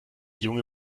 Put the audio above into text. junge